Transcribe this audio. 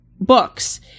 books